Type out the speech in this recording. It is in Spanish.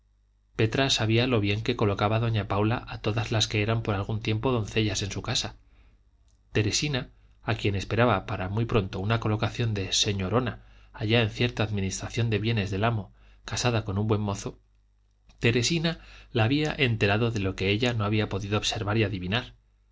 petra sabía lo bien que colocaba doña paula a todas las que eran por algún tiempo doncellas en su casa teresina a quien esperaba para muy pronto una colocación de señorona allá en cierta administración de bienes del amo casada con un buen mozo teresina la había enterado de lo que ella no había podido observar y adivinar